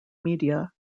media